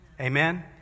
Amen